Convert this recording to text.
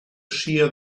shear